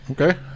okay